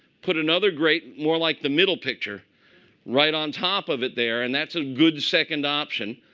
put another grate more like the middle picture right on top of it there. and that's a good second option.